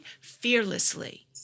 fearlessly